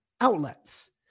outlets